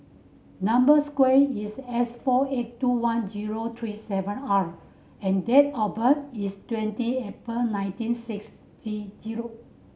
number square is S four eight two one zero three seven R and date of birth is twenty April nineteen sixty zero